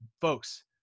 folks